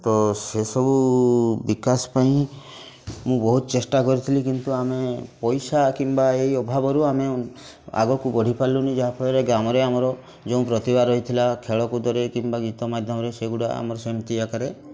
ତ ସେ ସବୁ ବିକାଶ ପାଇଁ ମୁଁ ବହୁତ ଚେଷ୍ଟା କରିଥିଲି କିନ୍ତୁ ଆମେ ପଇସା କିମ୍ବା ଏଇ ଅଭାବରୁ ଆମେ ଆଗକୁ ବଢ଼ି ପାରିଲୁନି ଯାହା ଫଳରେ ଗ୍ରାମରେ ଆମର ଯେଉଁ ପ୍ରତିଭା ରହିଥିଲା ଖେଳ କୁଦରେ କିମ୍ବା ଗୀତ ମାଧ୍ୟମରେ ସେଇଗୁଡ଼ା ଆମର ସେମିତି ଆକାରେ